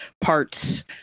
parts